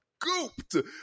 gooped